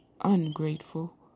ungrateful